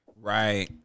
Right